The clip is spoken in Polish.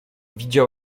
widział